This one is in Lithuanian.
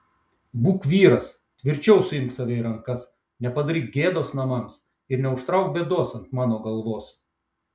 būk vyras tvirčiau suimk save į rankas nepadaryk gėdos namams ir neužtrauk bėdos ant mano galvos